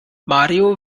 mario